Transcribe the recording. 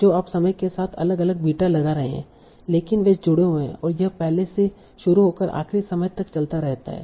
तो आप समय के साथ अलग अलग बीटा लगा रहे हैं लेकिन वे जुड़े हुए हैं यह पहली से शुरू होकर आखिरी समय तक चलता रहता है